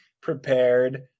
prepared